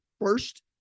first